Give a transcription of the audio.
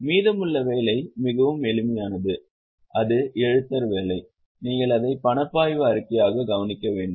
மீதமுள்ள வேலை மிகவும் எளிமையானது அது எழுத்தர் வேலை நீங்கள் அதை பணப்பாய்வு அறிக்கையாக கவனிக்க வேண்டும்